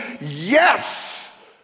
yes